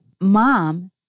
mom